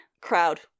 Crowd